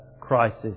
crisis